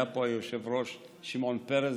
היה פה היושב-ראש שמעון פרס,